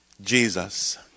Jesus